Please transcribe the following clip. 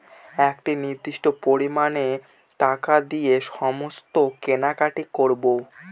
একটি নির্দিষ্ট পরিমানে টাকা দিয়ে সমস্ত কেনাকাটি করবো